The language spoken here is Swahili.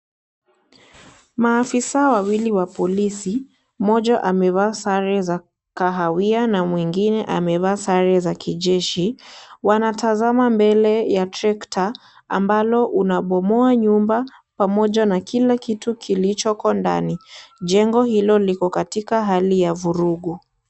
Maafisa wawili wa polisi, mmoja amevaa sare za kahawia na mwingine amevaa sare za kijeshi, wanatazama mbele ya trekta ambalo unambomoa nyumba pamoja na kila kitu kilichoko ndani. Jengo hilo liko katika hali ya vurugu.